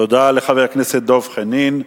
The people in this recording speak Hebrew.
תודה לחבר הכנסת דב חנין.